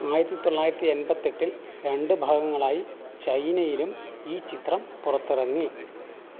ആയിരത്തി തൊള്ളായിരത്തി എൺപത്തെട്ടിൽ രണ്ട് ഭാഗങ്ങളായി ചൈനയിലും ഈ ചിത്രം പുറത്തിറങ്ങി